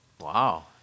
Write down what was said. Wow